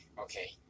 Okay